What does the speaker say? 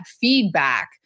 feedback